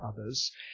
others